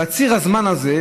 על ציר הזמן הזה,